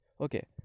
Okay